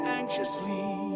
anxiously